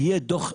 יהיה דוח,